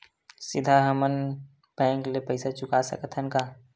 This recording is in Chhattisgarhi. सीधा हम मन बैंक ले पईसा चुका सकत हन का?